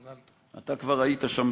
אתה כבר היית שם,